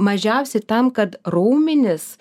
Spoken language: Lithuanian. mažiausi tam kad raumenys